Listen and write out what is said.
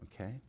okay